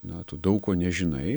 na tu daug ko nežinai